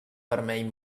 vermell